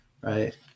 Right